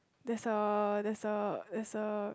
there's a there's a there's a